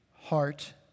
heart